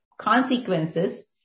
consequences